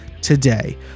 today